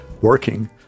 working